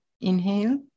Inhale